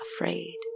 afraid